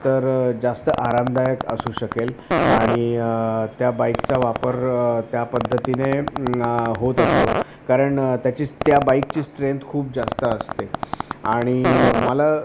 तर जास्त आरामदायक असू शकेल आणि त्या बाईकचा वापर त्या पद्धतीने होत असतो कारण त्याची त्या बाईकची स्ट्रेंथ खूप जास्त असते आणि मला